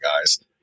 guys